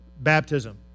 baptism